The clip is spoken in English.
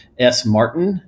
smartin